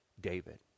David